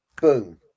boom